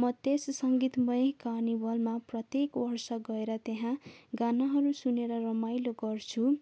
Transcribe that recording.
म त्यस सङ्गीतमय कार्निभलमा प्रत्येक वर्ष गएर त्यहाँ गानाहरू सुनेर रमाइलो गर्छु